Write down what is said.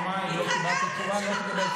למה אתם לא עונים על זה?